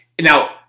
Now